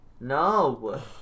No